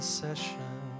session